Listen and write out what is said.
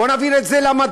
בואו נעביר את זה למדע,